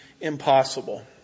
impossible